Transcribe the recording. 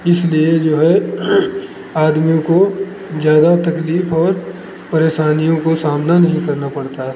इसलिए जो है आदमी को ज़्यादा तकलीफ और परेशानियों को सामना नहीं करना पड़ता है